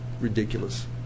ridiculous